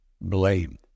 blame